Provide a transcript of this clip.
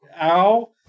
Ow